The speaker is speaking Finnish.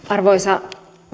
arvoisa